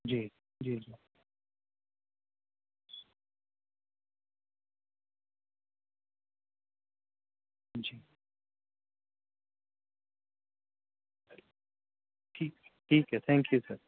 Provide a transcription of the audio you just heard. جی جی جی جی ٹھیک ٹھیک ہے تھینک یو سر